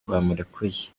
bamurekuye